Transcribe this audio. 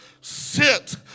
sit